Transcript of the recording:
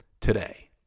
today